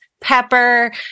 pepper